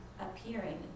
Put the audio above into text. appearing